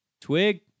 twig